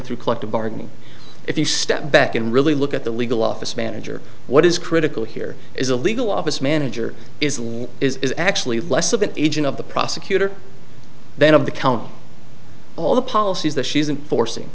through collective bargaining if you step back and really look at the legal office manager what is critical here is a legal office manager is is actually less of an agent of the prosecutor then of the count all the policies that she isn't forcing